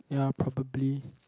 ya probably